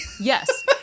Yes